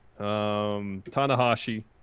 Tanahashi